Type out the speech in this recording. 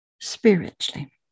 spiritually